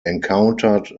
encountered